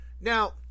Now